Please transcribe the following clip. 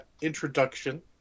introduction